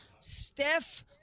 Steph